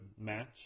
match